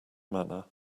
manner